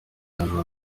hazaba